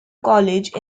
college